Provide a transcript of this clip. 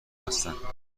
هستند